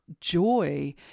joy